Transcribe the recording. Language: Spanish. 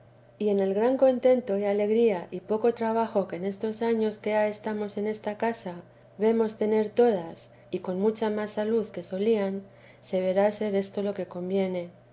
y en el gran contento y alegría y poco trabajo que en estos años que ha que estamos en esta casa vemos tener todas y con mucha más salud que solían se verá ser esto lo que conviene